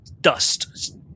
Dust